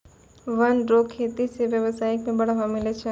वन रो खेती से व्यबसाय में बढ़ावा मिलै छै